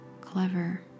clever